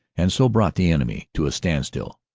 and so brought the enemy to a standstill,